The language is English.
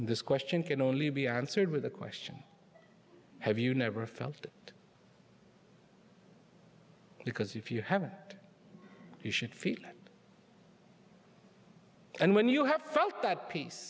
this question can only be answered with a question have you never felt because if you have you should feel and when you have felt that peace